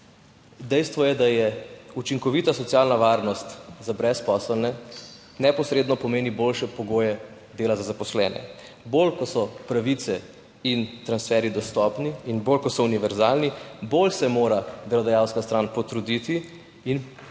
Dejstvo je, da učinkovita socialna varnost za brezposelne neposredno pomeni boljše pogoje dela za zaposlene. Bolj ko so pravice in transferji dostopni in bolj ko so univerzalni, bolj se mora delodajalska stran potruditi in ponuditi